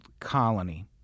Colony